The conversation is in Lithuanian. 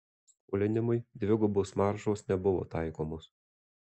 skolinimui dvigubos maržos nebuvo taikomos